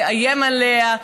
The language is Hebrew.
תאיים עליה,